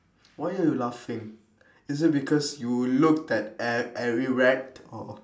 why you laughing is it because you looked at at erect or